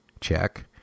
check